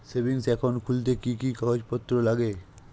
Savings account খুলতে কি কি কাগজপত্র লাগে?